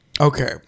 Okay